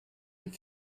and